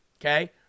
okay